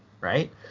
right